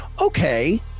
okay